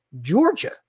Georgia